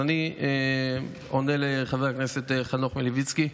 אני עונה לחבר הכנסת חנוך מלביצקי.